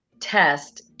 test